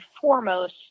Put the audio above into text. foremost